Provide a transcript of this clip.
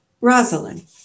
Rosalind